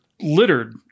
littered